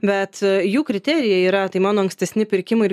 bet jų kriterijai yra tai mano ankstesni pirkimai ir